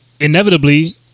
inevitably